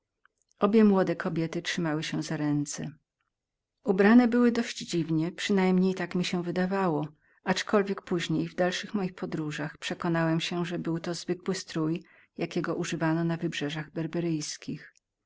obie młode kobiety trzymały się za ręce szczególnie były ubrane przynajmniej tak mi się wydało aczkolwiek później w dalszych moich podróżach przekonałem się że był to zwykły strój jakiego używano na